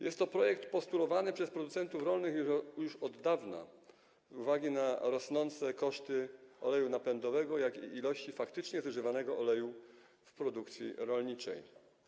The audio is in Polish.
Jest to projekt postulowany przez producentów rolnych już od dawna, z uwagi na rosnące koszty oleju napędowego i ilości faktycznie zużywanego oleju w produkcji rolniczej.